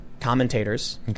commentators